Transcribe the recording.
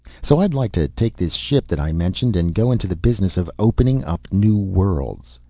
so i'd like to take this ship that i mentioned and go into the business of opening up new worlds.